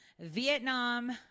Vietnam